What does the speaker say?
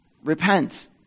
repent